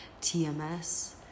TMS